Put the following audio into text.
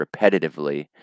repetitively